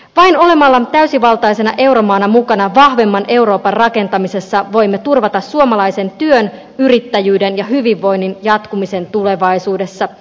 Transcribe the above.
vain olemalla täysivaltaisena euromaana mukana vahvemman euroopan rakentamisessa voimme turvata suomalaisen työn yrittäjyyden ja hyvinvoinnin jatkumisen tulevaisuudessa